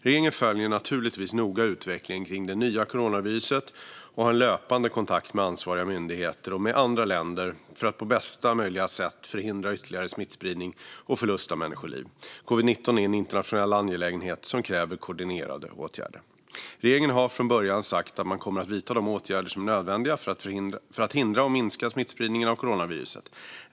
Regeringen följer naturligtvis noga utvecklingen kring det nya coronaviruset och har löpande kontakt med ansvariga myndigheter och med andra länder för att på bästa möjliga sätt förhindra ytterligare smittspridning och förlust av människoliv. Covid-19 är en internationell angelägenhet som kräver koordinerade åtgärder. Regeringen har från början sagt att man kommer att vidta de åtgärder som är nödvändiga för att hindra och minska smittspridning av coronaviruset.